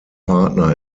partner